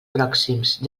pròxims